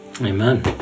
Amen